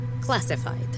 Classified